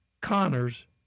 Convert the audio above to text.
Connors